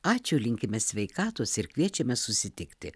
ačiū linkime sveikatos ir kviečiame susitikti